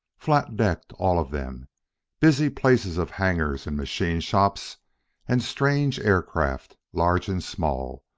flat-decked, all of them busy places of hangars and machine shops and strange aircraft, large and small,